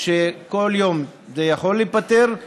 שכל יום זה יכול להיפתר,